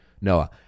Noah